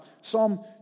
Psalm